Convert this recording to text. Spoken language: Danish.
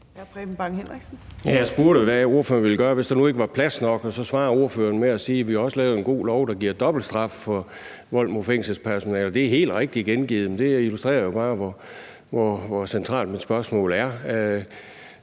Jeg spurgte, hvad ordføreren ville gøre, hvis der nu ikke var plads nok, og så svarede ordføreren med at sige, at vi også har lavet en god lov, der giver dobbelt straf for vold mod fængselspersonale. Og det er helt rigtigt gengivet, men det her illustrerer jo bare, hvor centralt mit spørgsmål er.